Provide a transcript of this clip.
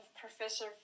Professor